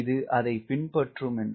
இது அதை பின்பற்றும் என்று